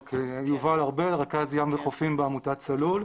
אוקיי, יובל ארבל, רכז ים וחופים בעמותת צלול.